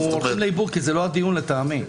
אנחנו הולכים לאיבוד, כי זה לא הדיון לטעמי.